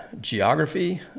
geography